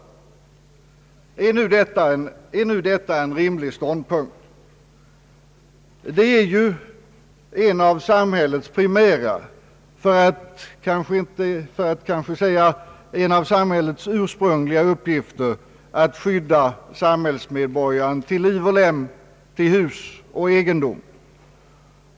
Är detta en rimlig ståndpunkt? Det är ju en av samhällets primära för att inte säga ursprungliga uppgifter att skydda samhällsmedborgarna till liv och iem, till hus och egendom.